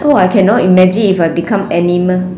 oh I cannot imagine if I become animal